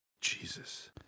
Jesus